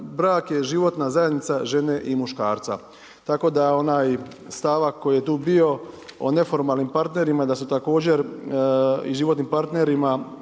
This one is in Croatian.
brak je životna zajednica žene i muškarca, tako da onaj stavak koji je tu bio o neformalnim partnerima da su također i životnim partnerima